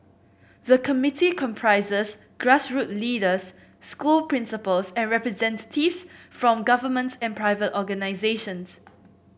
the committee comprises grassroot leaders school principals and representatives from government and private organisations